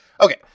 Okay